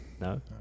No